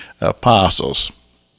apostles